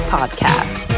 Podcast